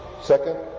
second